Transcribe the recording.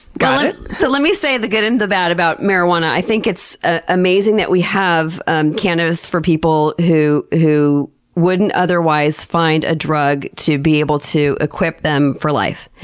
let so let me say the good and the bad about marijuana. i think it's ah amazing that we have ah cannabis for people who who wouldn't otherwise find a drug to be able to equip them for life.